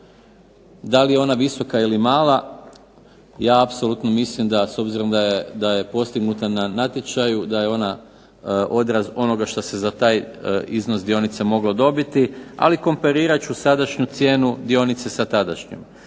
da li ona visoka ili mala, ja apsolutno mislim da je s obzirom da je postignuta na natječaju da je ona odraz onoga što se za taj iznos dionica moglo dobiti. Ali komaprirat ću sadašnju cijenu dionice sa tadašnjom.